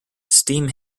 steam